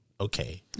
Okay